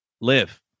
live